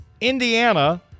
Indiana